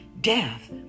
death